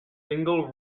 single